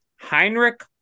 Heinrich